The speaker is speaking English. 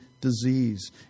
disease